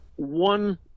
One